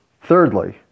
thirdly